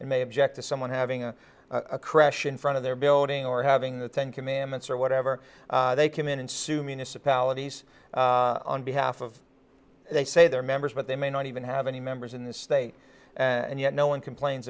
and may object to someone having a creche in front of their building or having the ten commandments or whatever they came in and sue municipalities on behalf of they say their members but they may not even have any members in the state and yet no one complains